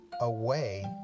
away